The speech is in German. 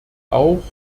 auch